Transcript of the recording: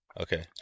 Okay